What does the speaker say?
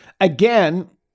Again